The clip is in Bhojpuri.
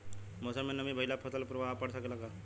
मौसम में नमी भइला पर फसल पर प्रभाव पड़ सकेला का?